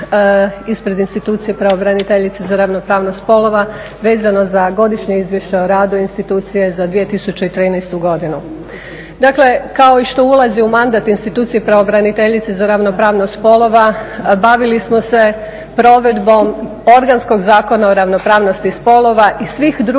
ispred institucije pravobraniteljice za ravnopravnost spolova vezano za godišnje izvješće o radu institucije za 2013. godinu. Dakle kao i što ulazi u mandat institucije pravobraniteljice za ravnopravnost spolova, bavili smo se provedbom organskog Zakona o ravnopravnosti spolova i svih drugih